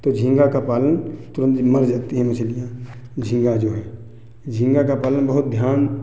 तो झींगा का पालन तुरंत जे मर जाती हैं मछलियाँ झींगा जो है झींगा का पालन बहुत ध्यान